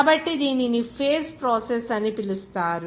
కాబట్టి దీనిని phase process అని పిలుస్తారు